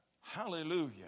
Hallelujah